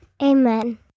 Amen